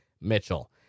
Mitchell